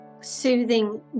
soothing